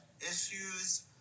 issues